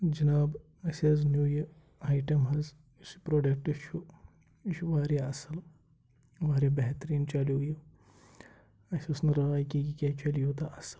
جِناب اَسہِ حظ نیوٗ یہِ آیٹَم حظ یُس یہِ پرٛوڈَکٹ چھُ یہِ چھُ واریاہ اَصٕل واریاہ بہتریٖن چَلیو یہِ اَسہِ اوس نہٕ راے کینٛہہ یہِ کیٛاہ چَلہِ یوٗتاہ اَصٕل